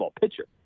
pitcher